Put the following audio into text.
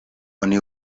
oni